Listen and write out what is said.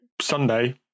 Sunday